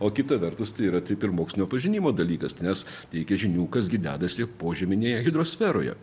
o kita vertus tai yra taip ir mokslinio pažinimo dalykas nes teikia žinių kas gi dedasi požeminėje hidrosferoje